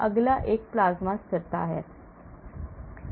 अगला एक प्लाज्मा स्थिरता है